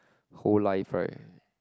whole life right